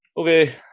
Okay